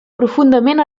profundament